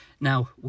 now